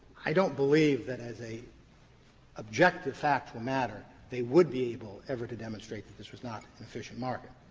i don't believe that as a objective factual matter they would be able ever to demonstrate that this was not an efficient market.